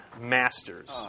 Masters